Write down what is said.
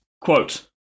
Quote